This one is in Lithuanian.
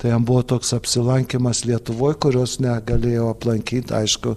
tai jam buvo toks apsilankymas lietuvoj kurios negalėjo aplankyt aišku